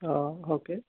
okay